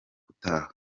utaha